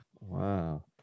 wow